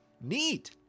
neat